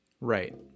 Right